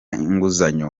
inguzanyo